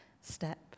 step